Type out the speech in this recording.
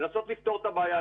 לנסות לפתור את הבעיה,